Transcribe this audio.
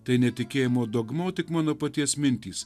tai ne tikėjimo dogma o tik mano paties mintys